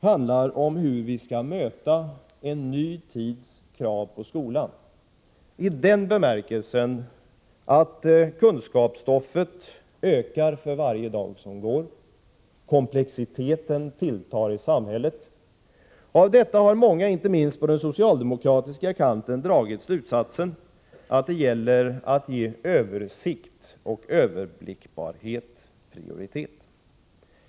handlar om hur vi skall möta en ny tids krav på skolan, i den bemärkelsen att kunskapsstoffet ökar för varje dag som går och komplexiteten i samhället tilltar. Av detta har många, inte minst på den socialdemokratiska kanten, dragit slutsatsen att det gäller att ge översikt och överblickbarhet prioritet.